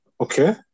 okay